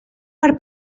per